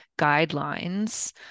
guidelines